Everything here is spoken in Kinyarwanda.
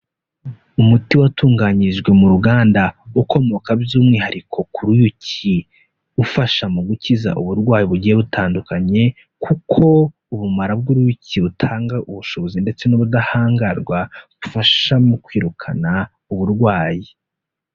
Umuti watunganyirijwe mu ruganda ukomoka by'umwihariko ku ruyuki ufasha mu gukiza uburwayi bugiye butandukanye kuko ubumara bw'uruyuki butanga ubushobozi ndetse n'ubudahangarwa bufasha mu kwirukana uburwayi.